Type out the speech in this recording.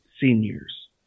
seniors